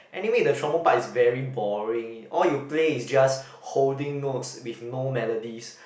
anyway the trombone part is very boring all you play is just holding notes with no melodies